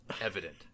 evident